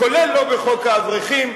כולל לא בחוק האברכים,